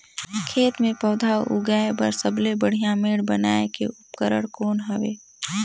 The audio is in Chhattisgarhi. खेत मे पौधा उगाया बर सबले बढ़िया मेड़ बनाय के उपकरण कौन हवे?